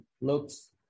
looks